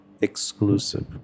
exclusive